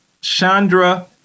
Chandra